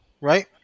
right